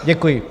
Děkuji.